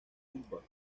football